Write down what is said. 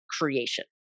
creation